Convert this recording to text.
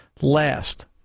Last